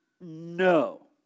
No